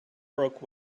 broke